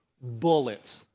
bullets